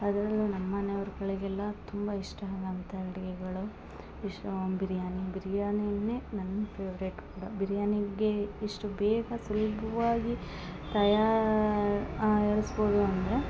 ಅದರಲ್ಲು ನಮ್ಮ ಮನೆ ಅವ್ರ್ಕಳಿಗೆ ಎಲ್ಲ ತುಂಬ ಇಷ್ಟ ಆಗಂತ ಅಡ್ಗೆಗಳು ಇಶ್ರೋಮ್ ಬಿರ್ಯಾನಿ ಬಿರ್ಯಾನಿನೆ ನನ್ನ ಫೆವ್ರೇಟ್ ಬ ಬಿರ್ಯಾನಿಗೆ ಇಷ್ಟು ಬೇಗ ಸುಲ್ಬ್ವಾಗಿ ತಯಾ ಆಯಲ್ಸ್ಬೌದು ಅಂದರೆ